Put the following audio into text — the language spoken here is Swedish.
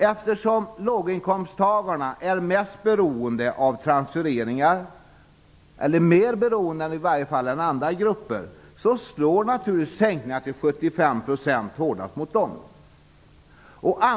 Eftersom låginkomsttagarna är mer beroende av transfereringar än andra grupper slår naturligtvis sänkningar till 75 % hårdast mot dem.